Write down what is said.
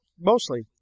mostly